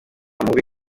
mubi